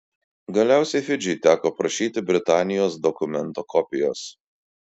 galiausiai fidžiui teko prašyti britanijos dokumento kopijos